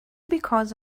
because